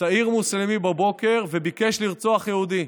צעיר מוסלמי בבוקר וביקש לרצוח יהודי,